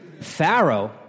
pharaoh